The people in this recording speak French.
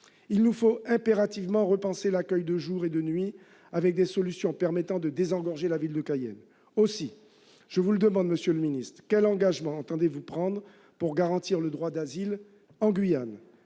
Il nous faut impérativement repenser l'accueil de jour et de nuit et trouver des solutions permettant de désengorger la ville de Cayenne. Monsieur le ministre, quels engagements entendez-vous prendre pour garantir le droit d'asile en Guyane ?